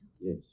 Yes